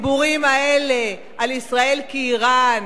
הדיבורים האלה על ישראל כאירן,